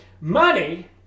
Money